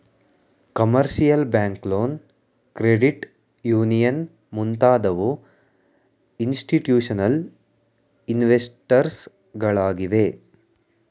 commercial bank loan, credit union ಮುಂತಾದವು institutional investors ಗಳಾಗಿವೆ